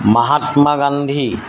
Mahatma Gandhi